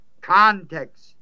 Context